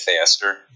faster